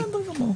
בסדר גמור.